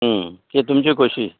ती तुमची खुशी